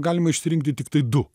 galima išsirinkti tiktai du